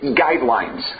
guidelines